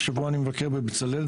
השבוע אני מבקר בבצלאל,